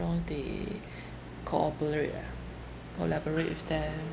around they cooperate ah collaborate with them